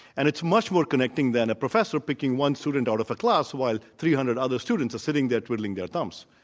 and it's much more connecting than a professor picking one student out of a class while three hundred other students are sitting there twiddling their thumbs.